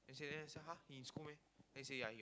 then I say !huh! he in school meh then he say ya he